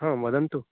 हां वदन्तु